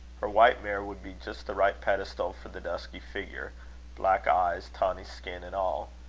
her white mare would be just the right pedestal for the dusky figure black eyes, tawny skin, and all.